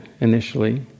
initially